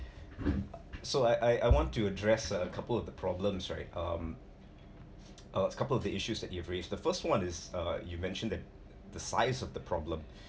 so I I want to address a couple of the problems right um a couple of the issues that you have raised the first one is uh you mentioned that the size of the problem